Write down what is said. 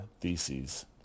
Theses